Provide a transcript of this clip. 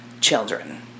children